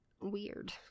Weird